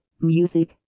music